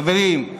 חברים,